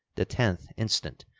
the tenth instant,